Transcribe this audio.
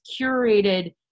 curated